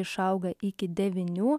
išauga iki devynių